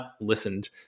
listened